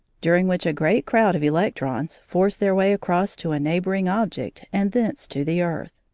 during which a great crowd of electrons forced their way across to a neighbouring object and thence to the earth.